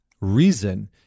reason